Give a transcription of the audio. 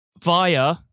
via